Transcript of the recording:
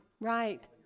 right